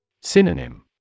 Synonym